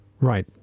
Right